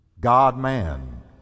God-man